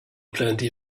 plenty